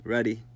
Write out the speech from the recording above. Ready